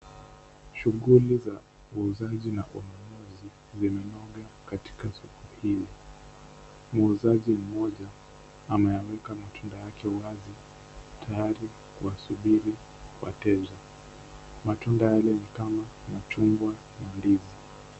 Shughuli za uuzaji na ununuzi zimenoga katika soko hili. Muuzaji mmoja ameweka matunda yake wazi tayari kuwasubiri wateja. Matunda yale ni kama machungwa na ndizi.